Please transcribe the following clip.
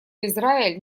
израиль